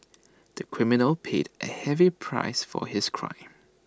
the criminal paid A heavy price for his crime